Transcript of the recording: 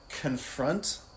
confront